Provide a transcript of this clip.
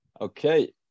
Okay